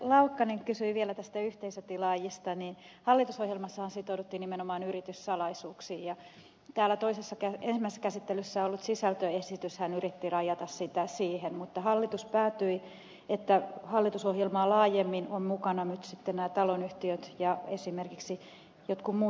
laukkanen kysyi vielä näistä yhteisötilaajista niin hallitusohjelmassahan sitouduttiin nimenomaan yrityssalaisuuksiin ja ensimmäisessä käsittelyssä ollut sisältöesityshän yritti rajata sitä siihen mutta hallitus päätyi ratkaisuun että hallitusohjelmaa laajemmin ovat mukana nyt sitten nämä taloyhtiöt ja esimerkiksi jotkut muut yhteisötilaajat